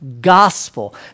gospel